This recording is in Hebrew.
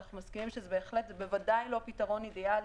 אנחנו מסכימים שזה בהחלט ובוודאי לא פתרון אידיאלי.